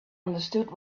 understood